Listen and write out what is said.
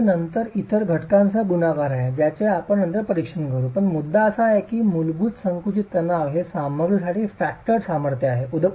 आता हे नंतर इतर घटकांसह गुणाकार आहे ज्याचे आपण नंतर परीक्षण करू पण मुद्दा हा आहे की मूलभूत संकुचित तणाव हे सामग्रीची फॅक्टरर्ड सामर्थ्य आहे